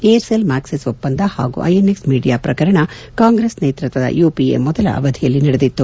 Aircel Maxis ಒಪ್ಪಂದ ಹಾಗೂ INX media ಪ್ರಕರಣ ಕಾಂಗ್ರೆಸ್ ನೇತೃತ್ವದ ಯುಪಿಎ ಮೊದಲ ಅವಧಿಯಲ್ಲಿ ನಡೆದಿತ್ತು